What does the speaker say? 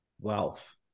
wealth